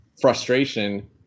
frustration